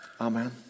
Amen